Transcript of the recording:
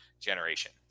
generation